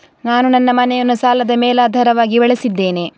ನಾನು ನನ್ನ ಮನೆಯನ್ನು ಸಾಲದ ಮೇಲಾಧಾರವಾಗಿ ಬಳಸಿದ್ದೇನೆ